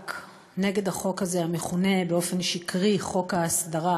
המאבק נגד החוק הזה המכונה באופן שקרי חוק ההסדרה